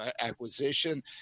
acquisition